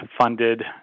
funded